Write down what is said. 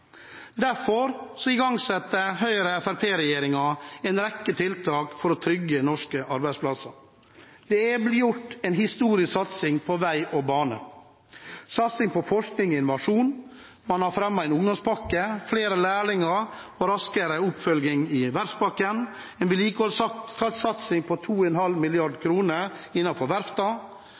Derfor igangsetter Høyre–Fremskrittsparti-regjeringen en rekke tiltak for å trygge norske arbeidsplasser. Det blir gjort en historisk satsing på vei og bane, på forskning og innovasjon. Man har fremmet en ungdomspakke – flere lærlinger og raskere oppfølging. Man har fremmet verftspakken, en vedlikeholdssatsing på 2,5